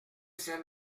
c’est